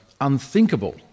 unthinkable